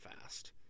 fast